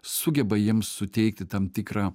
sugeba jiems suteikti tam tikrą